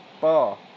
bar